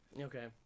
okay